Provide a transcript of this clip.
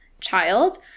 child